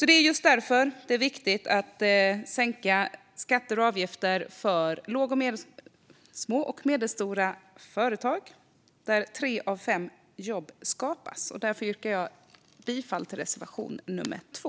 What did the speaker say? Det är just därför det är viktigt att sänka skatter och avgifter för små och medelstora företag där tre av fem jobb skapas. Jag yrkar därför bifall till reservation nummer 2.